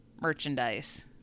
merchandise